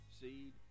seed